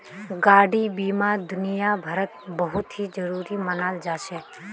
गाडी बीमा दुनियाभरत बहुत ही जरूरी मनाल जा छे